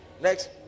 Next